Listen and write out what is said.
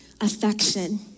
affection